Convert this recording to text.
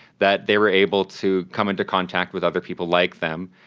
that they were able to come into contact with other people like them,